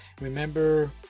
Remember